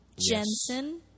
Jensen